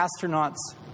astronauts